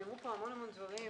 נאמרו פה המון המון דברים,